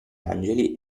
angeli